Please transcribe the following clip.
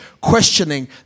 questioning